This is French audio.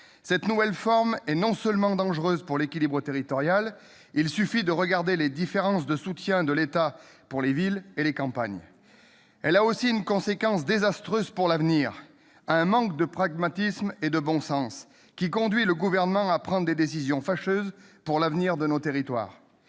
Cette nouvelle forme est non seulement dangereuse pour l'équilibre territorial- il suffit de regarder les différences de soutien de l'État pour les villes et pour les campagnes -, mais emporte aussi une conséquence désastreuse pour l'avenir : un manque de pragmatisme et de bon sens qui conduit le Gouvernement à prendre des décisions fâcheuses pour l'avenir de nos territoires.